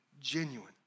genuine